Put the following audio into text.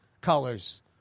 colors